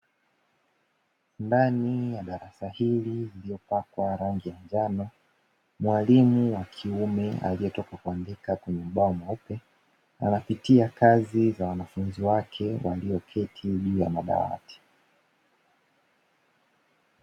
Ndani ya darasa hili lililopakwa rangi ya njano mwalimu wa kiume aliyetoka kuandika kwenye ubao mweupe anapitia kazi za wanafunzi wake walioketi juu ya madawati.